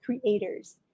Creators